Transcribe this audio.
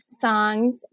songs